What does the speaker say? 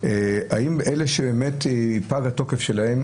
האם אלה שפג התוקף שלהם,